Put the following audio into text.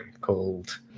called